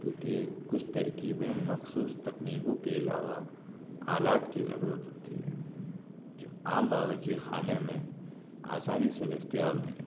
کیوں کہ کچھ ترکیبیں مخصوص تکنیکوں کے علاوہ آلات کی ضرورت ہوتی ہیں جو عام باورچی خانے میں آسانی سے دستیاب نہیں ہوتی ہیں